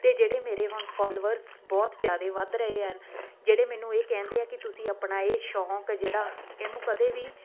ਅਤੇ ਜਿਹੜੇ ਮੇਰੇ ਹੁਣ ਫੋਲੋਅਰਸ ਬਹੁਤ ਜ਼ਿਆਦਾ ਵੱਧ ਰਹੇ ਹਨ ਜਿਹੜੇ ਮੈਨੂੰ ਇਹ ਕਹਿੰਦੇ ਆ ਕਿ ਤੁਸੀਂ ਆਪਣਾ ਇਹ ਸ਼ੌਕ ਜਿਹੜਾ ਇਹਨੂੰ ਕਦੇ ਵੀ